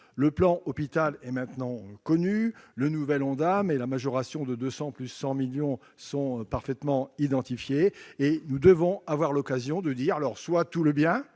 Le plan Hôpital est maintenant connu ; le nouvel Ondam et la majoration de 200 millions plus 100 millions d'euros sont parfaitement identifiés. Et nous devons avoir l'occasion de dire soit tout le bien,